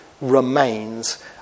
remains